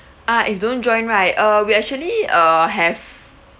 ah if don't join right uh we actually uh have